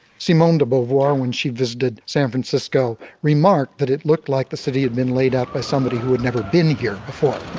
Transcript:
simone de beauvoir when she visited san francisco remarked that it looked like the city had been laid out by somebody who had never been here before